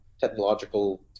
technological